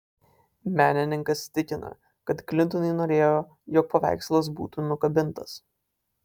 menininkas tikina kad klintonai norėjo jog paveikslas būtų nukabintas